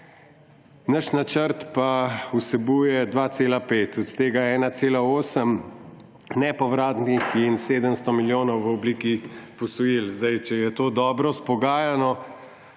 naš načrt pa vsebuje 2,5, od tega 1,8 nepovratnih in 700 milijonov v obliki posojil. Zdaj, če je to dobro izpogajano,